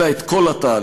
אלא את כל התהליך.